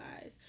guys